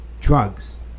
drugs